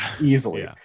easily